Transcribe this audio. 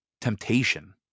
temptation